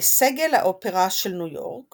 לסגל האופרה של ניו יורק